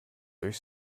durch